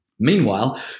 Meanwhile